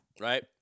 Right